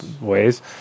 ways